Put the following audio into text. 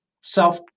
self